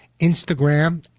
Instagram